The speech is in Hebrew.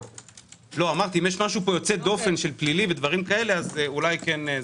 אם יש משהו יוצא דופן של פלילי ודברים כאלה אולי כאן.